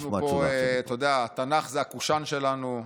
התנ"ך הוא הקושאן שלנו.